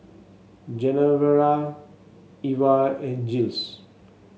Genevra Eva and Jiles